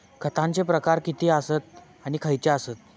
खतांचे प्रकार किती आसत आणि खैचे आसत?